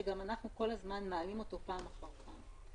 שגם אנחנו מעלים אותו פעם אחר פעם.